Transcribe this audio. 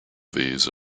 these